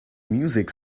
music